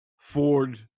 ford